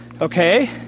Okay